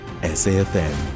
SAFM